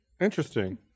Interesting